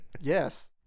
Yes